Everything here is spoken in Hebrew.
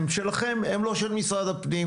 הם שלכם, אם לא של משרד הפנים.